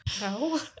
no